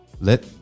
Let